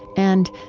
and,